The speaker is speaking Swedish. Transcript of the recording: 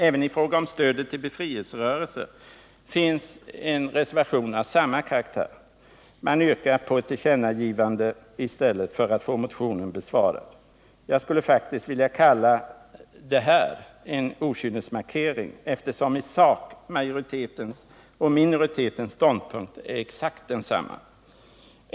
I fråga om stödet till befrielserörelser finns en reservation av samma karaktär. Man yrkar på ett tillkännagivande i stället för att få motionen besvarad med en positiv skrivning. Jag skulle faktiskt vilja kalla detta en okynnesmarkering, eftersom i sak majoritetens och minoritetens ståndpunkt är exakt densamma.